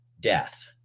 death